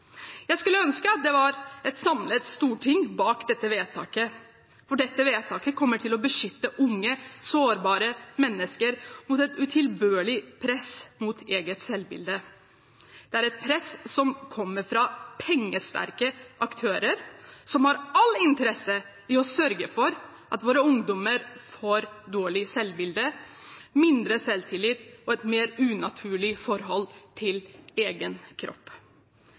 Jeg skulle ønske at det var et samlet storting bak dette forslaget til vedtak, for det kommer til å beskytte unge, sårbare mennesker mot et utilbørlig press mot eget selvbilde. Det er et press som kommer fra pengesterke aktører som har all interesse av å sørge for at våre ungdommer får dårlig selvbilde, mindre selvtillit og et mer unaturlig forhold til egen kropp.